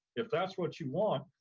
if that's what you want,